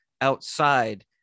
outside